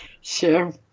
Sure